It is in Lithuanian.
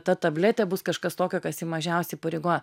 ta tabletė bus kažkas tokio kas jį mažiausiai įpareigoja